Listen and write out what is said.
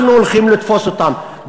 אנחנו הולכים לתפוס אותם,